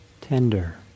tender